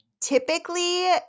Typically